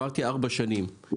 אמרתי ארבע שנים.